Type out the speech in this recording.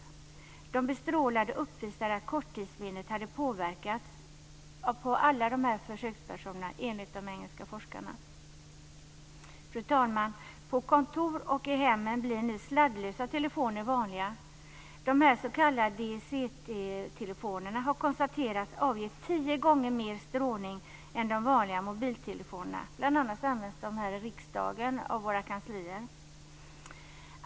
Alla de bestrålade försökspersonerna uppvisade att korttidsminnet hade påverkats, enligt de engelska forskarna. Fru talman! På kontor och i hemmen blir nu sladdlösa telefoner vanliga. De s.k. DECT telefonerna har konstaterats avge tio gånger mer strålning än de vanliga mobiltelefonerna. Sådana används bl.a. här i riksdagen av våra kanslier.